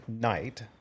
night